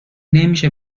نمیشه